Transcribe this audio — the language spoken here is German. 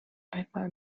einmal